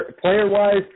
Player-wise